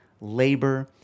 labor